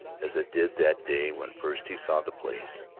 as it did that day when first he saw the place.